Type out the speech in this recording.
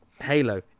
Halo